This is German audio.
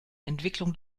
entwicklung